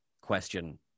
question